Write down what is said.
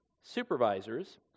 supervisors